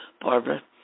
Barbara